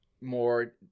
More